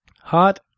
Hot